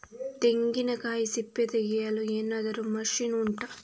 ತೆಂಗಿನಕಾಯಿ ಸಿಪ್ಪೆ ತೆಗೆಯಲು ಏನಾದ್ರೂ ಮಷೀನ್ ಉಂಟಾ